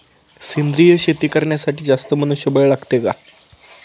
सेंद्रिय शेती करण्यासाठी जास्त मनुष्यबळ लागते का?